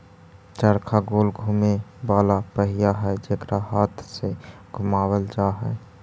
चरखा गोल घुमें वाला पहिया हई जेकरा हाथ से घुमावल जा हई